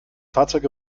fahrzeug